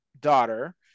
daughter